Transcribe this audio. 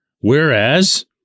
Whereas